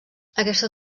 aquesta